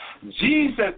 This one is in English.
Jesus